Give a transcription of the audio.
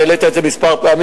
אתה העלית את זה כמה פעמים,